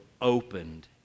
opened